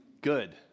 good